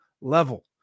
level